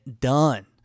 done